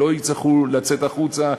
שלא יצטרכו לצאת החוצה,